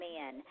men